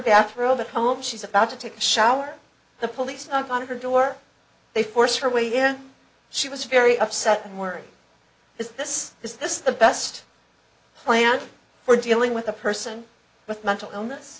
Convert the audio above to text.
bathrobe at home she's about to take a shower the police knock on her door they forced her way in she was very upset and worried is this is this the best plan for dealing with a person with mental illness